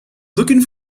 looking